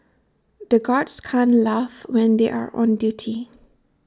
the guards can't laugh when they are on duty